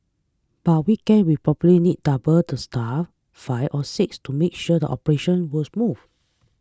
but weekends we probably need double the staff five or six to make sure the operations was smooth